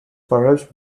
perhaps